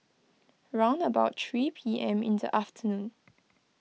round about three P M in the afternoon